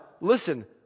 listen